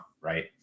right